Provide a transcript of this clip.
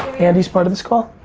andy's part of this call?